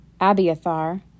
Abiathar